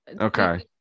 Okay